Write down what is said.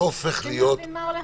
אנחנו רוצים להבין מה הולך פה.